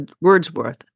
Wordsworth